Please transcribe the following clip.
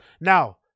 Now